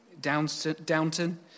Downton